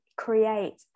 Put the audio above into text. Create